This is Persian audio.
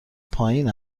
پایین